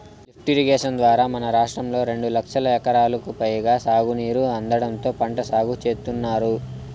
lift irrigation ద్వారా మన రాష్ట్రంలో రెండు లక్షల ఎకరాలకు పైగా సాగునీరు అందడంతో పంట సాగు చేత్తున్నారు